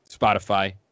Spotify